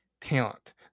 talent